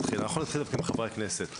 אנחנו נתחיל דווקא עם חברי הכנסת,